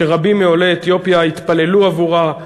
שרבים מעולי אתיופיה התפללו עבורה,